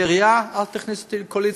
בעירייה אל תכניס אותי לקואליציה,